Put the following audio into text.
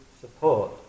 support